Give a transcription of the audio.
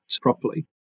properly